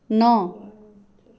ন